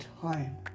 time